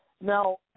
Now